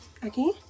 Aquí